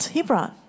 Hebron 。